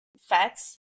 fats